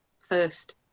first